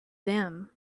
them